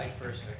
and first,